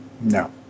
No